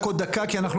רק עוד דקה.